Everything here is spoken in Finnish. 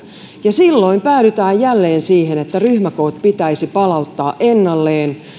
silloin päädytään jälleen siihen että ryhmäkoot pitäisi palauttaa ennalleen